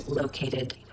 located